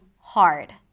hard